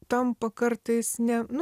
tampa kartais ne nu